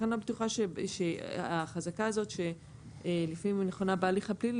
לכן אני לא בטוחה שהחזקה הזאת שלפעמים היא נכונה בהליך הפלילי,